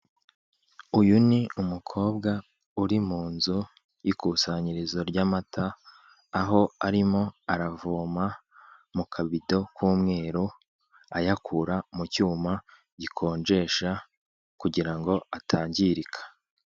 Uyu ni umukobwa uri mu nzu y'ikusanyirizo ry'amata, aho arimo aravoma mu kavido k'umweru, ayakura mu cyuma gukonjesha kugira ngo atangirika.